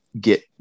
get